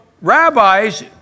rabbis